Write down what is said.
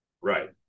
Right